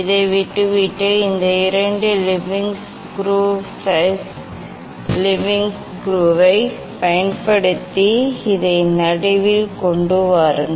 இதை விட்டுவிட்டு இந்த இரண்டு லெவலிங் ஸ்க்ரூ பேஸ் லெவலிங் ஸ்க்ரூவைப் பயன்படுத்தி இதை நடுவில் கொண்டு வாருங்கள்